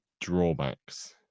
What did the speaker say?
drawbacks